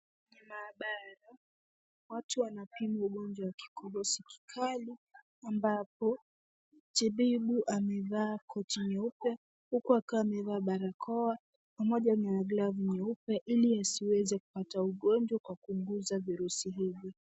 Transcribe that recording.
Maabara. Watu wanapimwa ugonjwa wa kikohozi kikali ambapo tabibu amevaa koti nyeupe huku akiwa amevaa barakoa pamoja na glavu nyeupe ili asiweze kupata ugonjwa kwa kugusa virusi hivi.